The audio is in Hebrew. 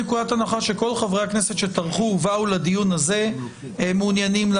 אומר עוד פעם,